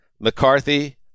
McCarthy